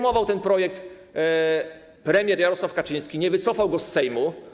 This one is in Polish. Firmował ten projekt premier Jarosław Kaczyński, nie wycofał go z Sejmu.